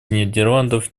нидерландов